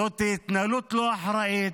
זאת התנהלות לא אחראית,